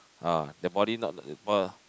ah their body not the what ah